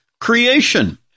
creation